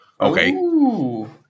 Okay